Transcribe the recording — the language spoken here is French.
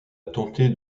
tenter